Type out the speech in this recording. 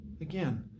Again